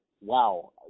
wow